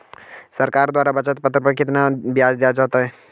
सरकार द्वारा बचत पत्र पर कितना ब्याज दिया जाता है?